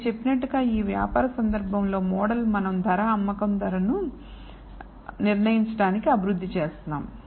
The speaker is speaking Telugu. నేను చెప్పినట్లు గా వ్యాపార సందర్భంలో మోడల్ మనం ధర అమ్మకం ధరను నిర్ణయించడానికి అభివృద్ధి చేస్తున్నాము